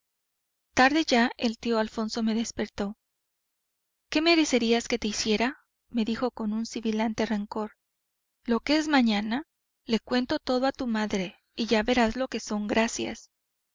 tarde ya el tío alfonso me despertó qué merecerías que te hiciera me dijo con sibilante rencor lo que es mañana le cuento todo a tu madre y ya verás lo que son gracias